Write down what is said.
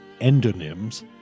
endonyms